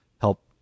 help